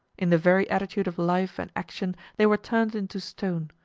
in the very attitude of life and action they were turned into stone.